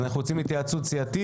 אז אנחנו יוצאים להתייעצות סיעתית.